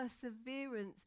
perseverance